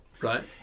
Right